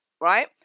right